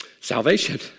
salvation